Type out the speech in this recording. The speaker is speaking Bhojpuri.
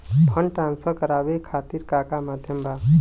फंड ट्रांसफर करवाये खातीर का का माध्यम बा?